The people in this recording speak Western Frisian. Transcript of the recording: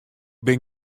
bin